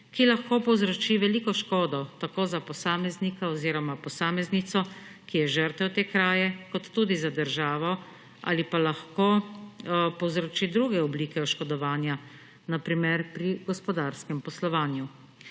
ki lahko povzroči veliko škodo tako za posameznika oziroma posameznico, ki je žrtev te kraje, kot tudi za državo ali pa lahko povzroči druge oblike oškodovanja, na primer pri gospodarskem poslovanju.